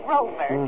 Rover